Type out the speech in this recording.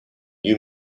you